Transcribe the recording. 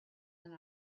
and